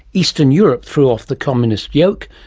eastern europe threw off the communist yoke,